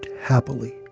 happily